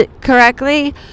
correctly